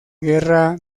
guerra